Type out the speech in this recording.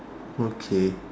okay